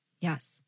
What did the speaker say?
Yes